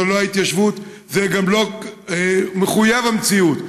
זו לא ההתיישבות וזה גם לא מחויב המציאות.